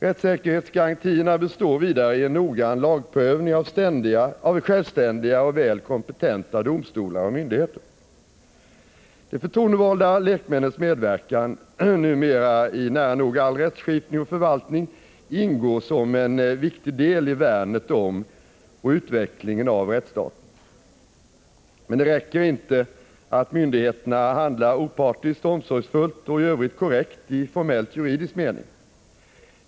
Rättssäkerhetsgarantierna består vidare i en noggrann lagprövning av självständiga och väl kompetenta domstolar och myndigheter. De förtroendevalda lekmännens medverkan — numera i nära nog all rättsskipning och förvaltning — ingår som en viktig del i värnet om och utvecklingen av rättsstaten. Men det räcker inte att myndigheter handlar opartiskt, omsorgsfullt och i övrigt korrekt i formellt juridisk mening.